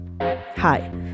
Hi